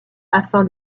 afin